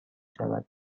شود